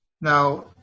Now